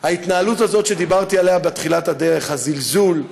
ההתנהלות הזאת שדיברתי עליה בתחילת הדרך, הזלזול,